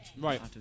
Right